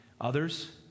Others